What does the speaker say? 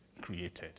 created